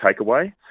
takeaway